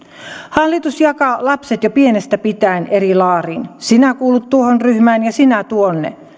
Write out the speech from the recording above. hallitus jakaa lapset jo pienestä pitäen eri laariin sinä kuulut tuohon ryhmään ja sinä tuonne